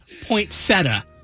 poinsettia